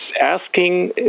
asking